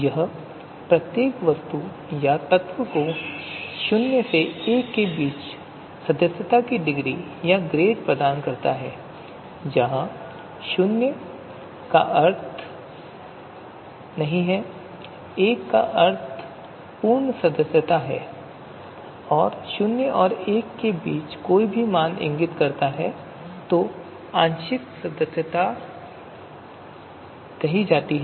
यह प्रत्येक वस्तु या तत्व को 0 और 1 के बीच सदस्यता की डिग्री या ग्रेड प्रदान करता है जहां 0 का अर्थ नहीं है 1 का अर्थ पूर्ण सदस्यता है और 0 और 1 के बीच कोई भी मान इंगित करता है कि आंशिक सदस्यता है